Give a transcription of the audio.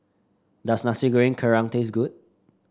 does Nasi Goreng Kerang taste good